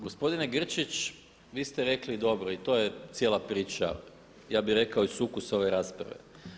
Gospodine Grčić, vi ste rekli dobro i to je cijela priča, ja bih rekao i sukus ove rasprave.